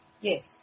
yes